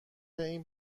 این